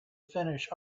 finish